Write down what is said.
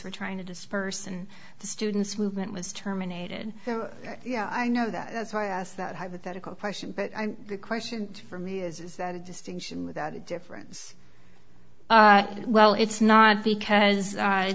were trying to disperse and the students movement was terminated so yeah i know that that's why i asked that hypothetical question but the question for me is is that a distinction without a difference well it's not because